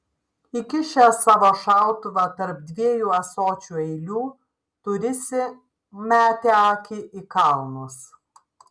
įkišęs savo šautuvą tarp dviejų ąsočių eilių turisi metė akį į kalnus